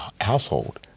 household